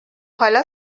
حالا